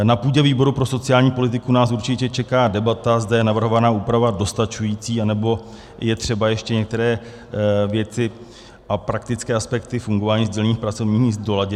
Na půdě výboru pro sociální politiku nás určitě čeká debata, zda je navrhovaná úprava dostačující, anebo je třeba ještě některé věci a praktické aspekty fungování sdílených pracovních míst doladit.